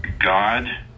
God